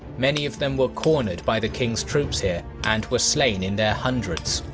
many of them were cornered by the king's troops here and were slain in their hundreds.